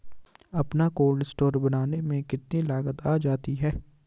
अपना cold store बनाने में कितनी लागत आ जाती है?